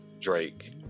Drake